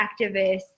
activists